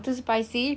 saya terlupa